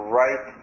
right